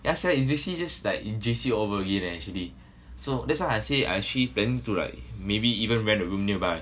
that's why it's basically just like in J_C all over again leh actually so that's why I say I actually planning to like maybe even rent a room nearby